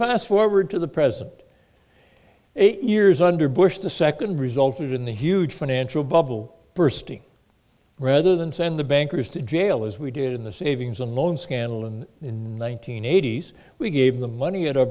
fast forward to the present eight years under bush the second resulted in the huge financial bubble bursting rather than send the bankers to jail as we did in the savings and loan scandal and in one nine hundred eighty s we gave the money o